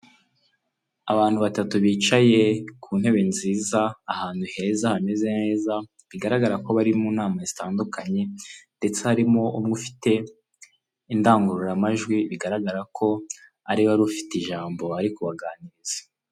Abadamu ntibahejwe mu guteza imbere igihugu cyabo niyo mpamvu bari mu nzego zitandukanye z'ubuyobozi kuko bagaragaye ko nabo bashoboye bahabwa inshingano zitandukanye kandi bazikora neza.